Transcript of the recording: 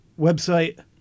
website